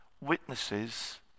witnesses